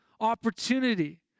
opportunity